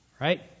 right